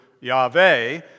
Yahweh